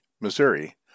Missouri